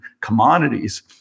commodities